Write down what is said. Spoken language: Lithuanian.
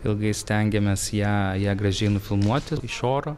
ilgai stengiamės ją ją gražiai nufilmuoti iš oro